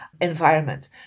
environment